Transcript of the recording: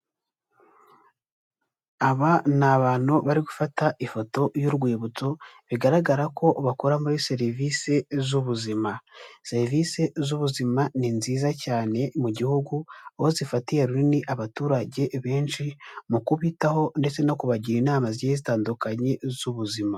Aba ni abantu bari gufata ifoto y'urwibutso, bigaragara ko bakora muri serivise z'ubuzima. Serivise z'ubuzima, ni nziza cyane mu gihugu, aho zifatiye runini abaturage benshi, mu kubitaho ndetse no kubagira inama zigiye zitandukanye, z'ubuzima.